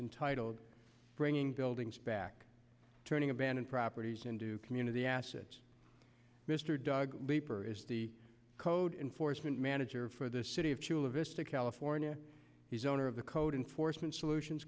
and titled bringing buildings back turning abandoned properties into community assets mr doug leeper is the code enforcement manager for the city of chula vista california he's owner of the code enforcement solutions